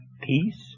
peace